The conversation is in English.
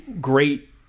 great